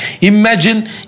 Imagine